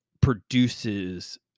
produces